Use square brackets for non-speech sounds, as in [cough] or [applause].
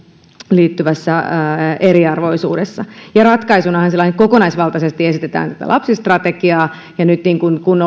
liittyvässä eriarvoisuudessa ratkaisunahan kokonaisvaltaisesti esitetään lapsistrategiaa ja nyt kun [unintelligible]